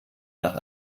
nach